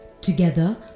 Together